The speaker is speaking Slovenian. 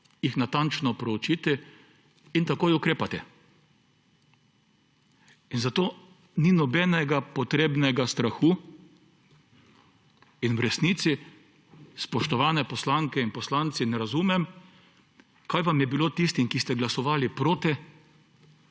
jih natančno proučiti in takoj ukrepati. Zato ni potrebnega nobenega strahu. V resnici, spoštovane poslanke in poslanci, ne razumem, kaj vam je bilo, tistim, ki ste glasovali proti,